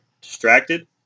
distracted